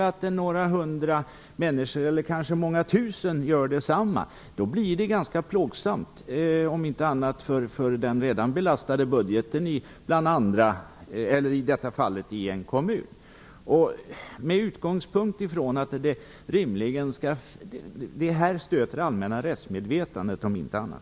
Om några hundra eller kanske många tusen människor gör detsamma blir det ganska plågsamt för den redan belastade budgeten i en kommun, som i detta fall. Det stöter det allmänna rättsmedvetandet, om inte annat.